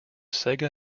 sega